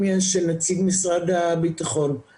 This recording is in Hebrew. כי